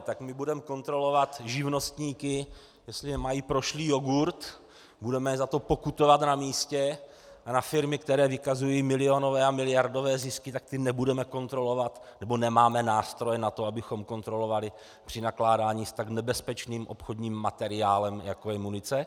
Tak my budeme kontrolovat živnostníky, jestli nemají prošlý jogurt, budeme je za to pokutovat na místě, a firmy, které vykazují milionové a miliardové zisky, tak ty nebudeme kontrolovat nebo nemáme nástroje na to, abychom je kontrolovali při nakládání s tak nebezpečným obchodním materiálem, jako je munice?